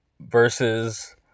versus